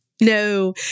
No